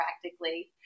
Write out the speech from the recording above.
practically